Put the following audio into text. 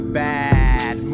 bad